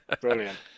brilliant